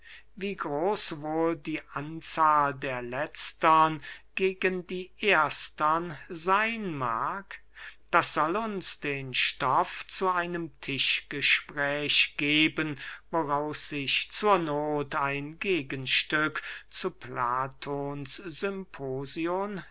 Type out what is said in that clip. wie groß wohl die anzahl der letztern gegen die erstern seyn mag das soll uns den stoff zu einem tischgespräch geben woraus sich zur noth ein gegenstück zu platons symposion